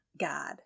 God